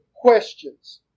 questions